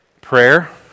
Prayer